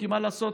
מה לעשות,